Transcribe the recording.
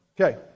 Okay